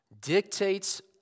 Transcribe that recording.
Dictates